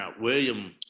William